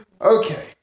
Okay